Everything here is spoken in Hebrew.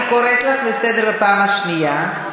אני קוראת אותך לסדר בפעם הראשונה.